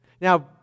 Now